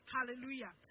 Hallelujah